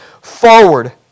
forward